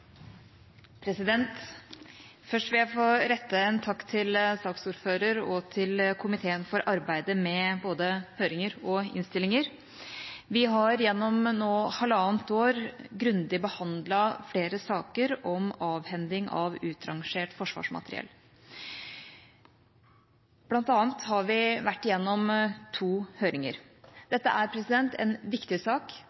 og til komiteen for arbeidet med både høringer og innstillinger. Vi har gjennom halvannet år nå grundig behandlet flere saker om avhending av utrangert forsvarsmateriell. Blant annet har vi vært gjennom to høringer.